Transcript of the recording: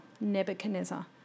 Nebuchadnezzar